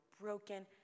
broken